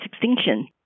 extinction